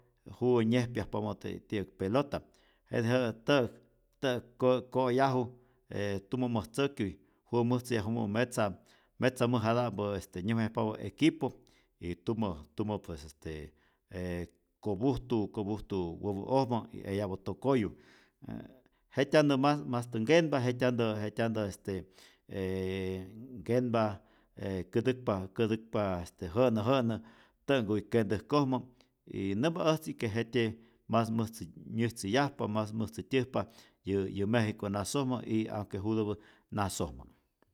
Juwä nyejpyajpamä te ti'yäk pelota, jete jä tä'äk tä'ak ko ko'yaju je tumä mäjtzäkuy juwä mäjtzäyajumä metza metza mäjata'mpä este nyäjmayajpapä equipo, y tumä tumä pues este e kopujtu kopujtu wäpä'ojmä y eyapä tokoyu, jä jetyantä mas mastä nkenpa, jetyantä jetyantä este e nkenpa e kätäkpa, kätäkpa jä'nä jä'nä tä'nhkuy kentäjkojmä y nämpa äjtzi que jetye' mas mäjtzä myäjtzäyajpa, mas mäjtzätyäjpa yä yä mexico nasojmä y aunque jutäpä nasojmä.